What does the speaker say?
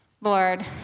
Lord